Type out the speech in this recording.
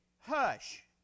Hush